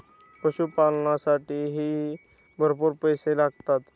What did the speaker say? पशुपालनालासाठीही भरपूर पैसा लागतो